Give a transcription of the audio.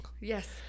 Yes